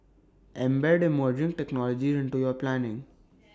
embed emerging technologies into your planning